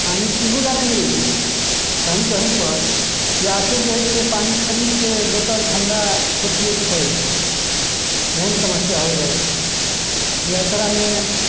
पानि पीहू लए नहि मिलै छै कही कही पर प्यासे रहै छै पानि खरीद के बोतल ठंडा इसब पीएके परै छै एहन समस्या हो जाइ छै यात्रा मे